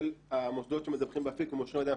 של המוסדות שמדווחים באפיק ומאושר על ידי המפקחים,